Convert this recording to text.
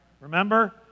remember